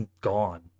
gone